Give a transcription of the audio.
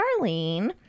Charlene